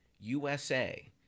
USA